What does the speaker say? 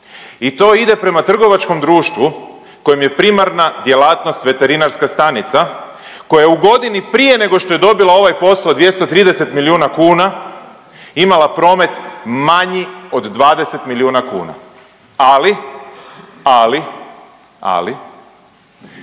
i to ide prema trgovačkom društvu kojem je primarna djelatnost veterinarska stanica koja je u godini prije nego što je dobila ovaj posao od 230 milijuna kuna imala promet manji od 20 milijuna kuna, ali, ali, ali